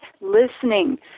listening